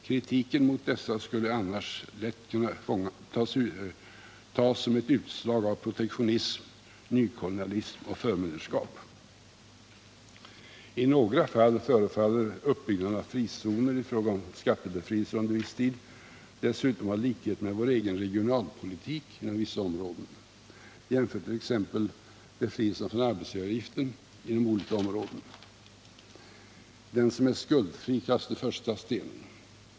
Kritiken mot dessa skulle annars lätt kunna tas som ett utslag av protektionism, nykolonialism och förmyndarskap. I några fall förefaller uppbyggnaden av frizoner i fråga om skattebefrielser under viss tid dessutom ha likheter med vår egen regionalpolitik inom vissa områden — jämför t.ex. med befrielsen från arbetsgivaravgiften inom vissa områden! Den som är skuldfri kaste första stenen!